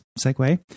segue